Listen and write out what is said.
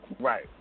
Right